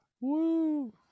Woo